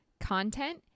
content